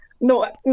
No